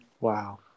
Wow